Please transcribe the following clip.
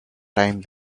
time